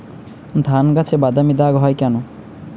ধানগাছে বাদামী দাগ হয় কেন?